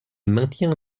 maintient